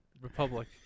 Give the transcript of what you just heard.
Republic